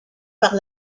par